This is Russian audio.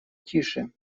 тише